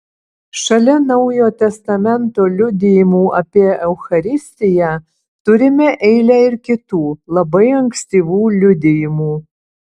šalia naujo testamento liudijimų apie eucharistiją turime eilę ir kitų labai ankstyvų liudijimų